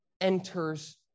enters